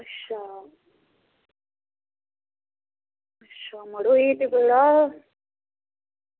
मड़ो एह् ते बड़ा